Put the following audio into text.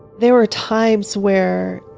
there were times where,